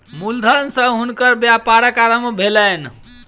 मूल धन सॅ हुनकर व्यापारक आरम्भ भेलैन